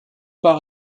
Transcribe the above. pas